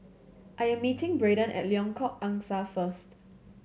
I am meeting Braiden at Lengkok Angsa first